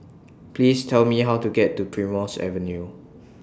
Please Tell Me How to get to Primrose Avenue